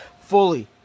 fully